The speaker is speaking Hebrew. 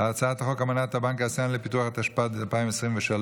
הצעת חוק אמנת הבנק האסייני לפיתוח, התשפ"ד 2023,